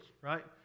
right